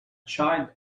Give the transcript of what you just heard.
child